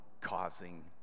causing